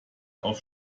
auf